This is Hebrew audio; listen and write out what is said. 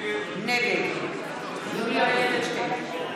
נגד יולי יואל אדלשטיין,